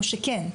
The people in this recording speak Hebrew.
או שכן?